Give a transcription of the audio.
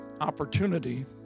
opportunity